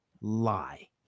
lie